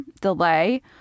delay